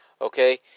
Okay